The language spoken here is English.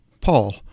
Paul